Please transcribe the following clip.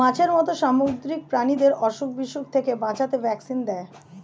মাছের মত সামুদ্রিক প্রাণীদের অসুখ বিসুখ থেকে বাঁচাতে ভ্যাকসিন দেয়